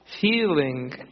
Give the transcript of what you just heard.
feeling